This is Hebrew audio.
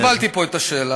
אני קיבלתי פה את השאלה.